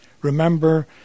Remember